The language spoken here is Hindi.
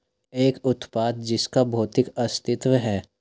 एक उत्पाद जिसका भौतिक अस्तित्व है?